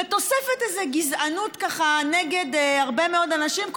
בתוספת איזו גזענות נגד הרבה מאוד אנשים,